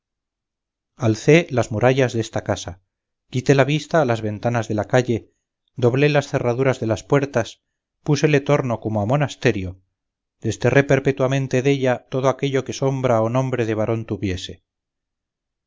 alcé las murallas desta casa quité la vista a las ventanas de la calle doblé las cerraduras de las puertas púsele torno como a monasterio desterré perpetuamente della todo aquello que sombra o nombre de varón tuviese